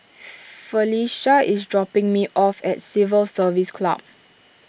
Phylicia is dropping me off at Civil Service Club